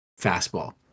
fastball